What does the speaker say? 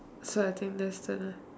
so I think that's the